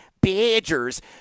Badgers